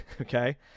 okay